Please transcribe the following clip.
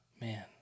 Man